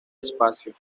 espacio